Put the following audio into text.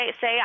say